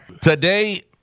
Today